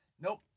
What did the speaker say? Nope